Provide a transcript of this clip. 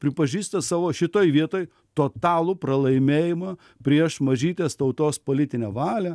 pripažįsta savo šitoj vietoj totalų pralaimėjimą prieš mažytės tautos politinę valią